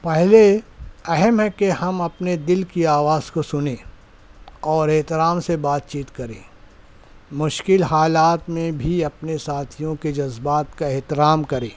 پہلے اہم ہے کہ ہم اپنے دِل کی آواز کو سُنیں اور احترام سے بات چیت کریں مشکل حالات میں بھی اپنے ساتھیوں کے جذبات کا احترام کریں